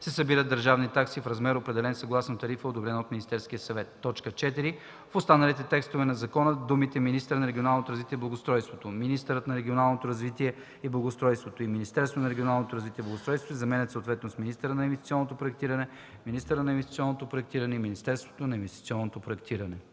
се събират държавни такси в размер, определен съгласно тарифа, одобрена от Министерския съвет.” 4. В останалите текстове на закона думите „министъра на регионалното развитие и благоустройството”, „министърът на регионалното развитие и благоустройството” и „Министерството на регионалното развитие и благоустройството” се заменят съответно с „министъра на инвестиционното проектиране”, „министърът на инвестиционното проектиране” и „Министерството на инвестиционното проектиране”.”